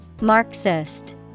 Marxist